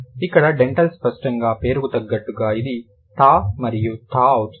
కాబట్టి డెంటల్ స్పష్టంగా పేరుకు తగ్గట్లుగా ఇది థా మరియు థా అవుతుంది